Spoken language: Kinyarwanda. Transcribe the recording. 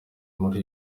muri